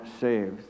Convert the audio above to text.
saved